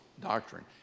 doctrine